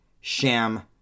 sham